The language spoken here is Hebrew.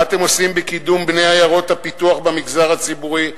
מה אתם עושים בקידום בני עיירות הפיתוח במגזר הציבורי?